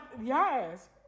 yes